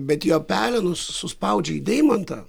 bet jo pelenus suspaudžia į deimantą